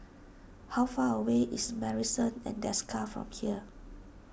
how far away is Marrison at Desker from here